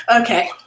Okay